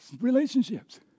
Relationships